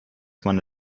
meine